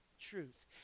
truth